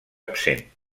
absent